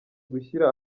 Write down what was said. gushyira